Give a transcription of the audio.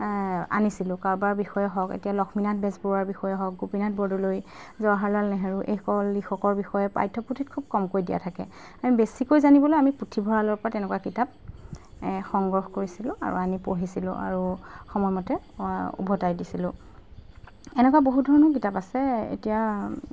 আনিছিলোঁ কাৰোবাৰ বিষয়ে হওক এতিয়া লক্ষ্মীনাথ বেজবৰুৱাৰ বিষয়ে হওক গোপীনাথ বৰদলৈ জৱাহাৰলাল নেহেৰু এইসকল লিখকৰ বিষয়ে পাঠ্যপুথিত খুব কমকৈ দিয়া থাকে আমি বেছিকৈ জানিবলৈ আমি পুথিভঁৰালৰ পৰা তেনেকুৱা কিতাপ সংগ্ৰহ কৰিছিলোঁ আৰু আনি পঢ়িছিলোঁ আৰু সময়মতে উভতাই দিছিলোঁ এনেকুৱা বহু ধৰণৰ কিতাপ আছে এতিয়া